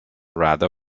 rather